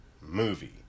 movie